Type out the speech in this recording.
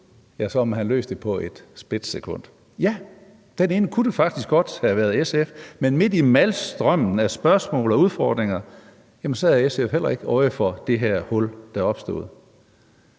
så havde man løst det på et splitsekund. Og ja, det kunne sådan set godt have været SF, men midt i malstrømmen af spørgsmål og udfordringer havde SF heller ikke øje for det hul, der opstod.